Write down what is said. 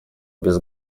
без